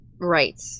Right